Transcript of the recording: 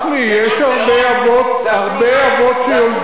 יש הרבה אבות שיולדים,